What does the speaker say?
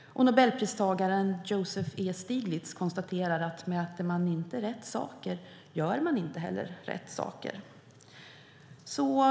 Nobelpristagaren Joseph E Stiglitz konstaterar att om man inte mäter rätt saker gör man inte heller rätt saker.